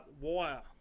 wire